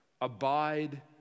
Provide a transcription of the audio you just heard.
abide